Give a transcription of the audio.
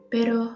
Pero